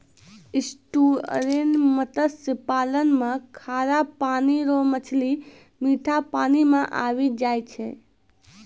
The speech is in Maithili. एस्टुअरिन मत्स्य पालन मे खारा पानी रो मछली मीठा पानी मे आबी जाय छै